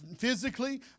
Physically